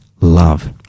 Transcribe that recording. love